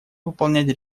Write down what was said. выполнять